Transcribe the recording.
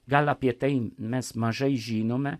gal apie tai mes mažai žinome